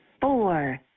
Four